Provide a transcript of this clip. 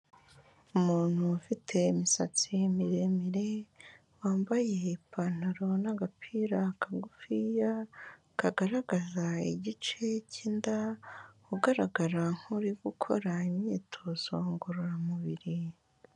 Umuntu ufite imisatsi miremire, wambaye ipantaro n'agapira kagufiya, kagaragaza igice cy'inda ugaragara nk'uri gukora imyitozo ngororamubiri.